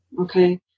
Okay